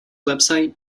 website